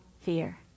fear